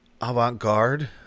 Avant-garde